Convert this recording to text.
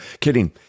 kidding